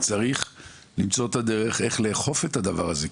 וצריך למצוא דרך לאכוף זאת.